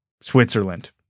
Switzerland